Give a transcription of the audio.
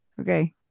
okay